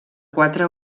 quatre